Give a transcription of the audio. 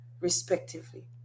respectively